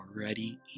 already